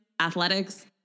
athletics